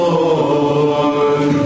Lord